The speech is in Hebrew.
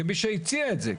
כמי שהציע את זה.